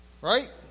Right